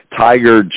tiger